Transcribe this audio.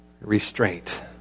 restraint